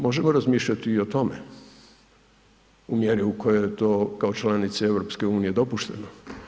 Možemo razmišljati i o tome u mjeri u kojoj je to kao članici EU-e dopušteno.